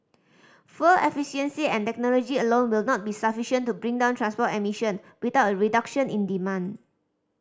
fuel efficiency and technology alone will not be sufficient to bring down transport emission without a reduction in demand